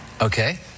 Okay